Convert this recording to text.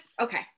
okay